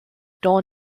dans